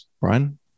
brian